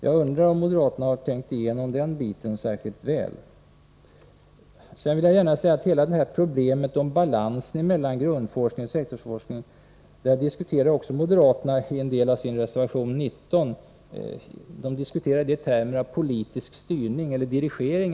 Jag undrar om moderaterna har tänkt igenom detta särskilt väl. Problemet med balansen mellan grundforskning och sektorsforskning diskuterar moderaterna fram i sin reservation 19 i termer av politisk styrning eller inte.